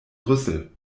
rüssel